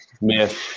myth